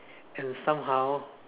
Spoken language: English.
and somehow